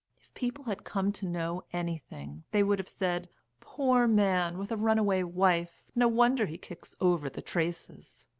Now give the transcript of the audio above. if people had come to know anything, they would have said poor man! with a runaway wife, no wonder he kicks over the traces.